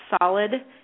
solid